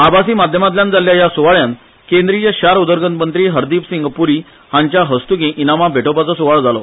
आभासी माध्यमातल्यान जाल्या हया सुवाळ्यात केंद्रीय शार उदरगत मंत्री हरदीप सिंग प्री हांच्या हस्तुकी इनामां भेटोवपाचो सुवाळो जालो